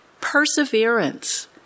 perseverance